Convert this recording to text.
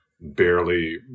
barely